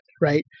right